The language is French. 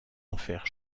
enfers